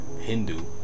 Hindu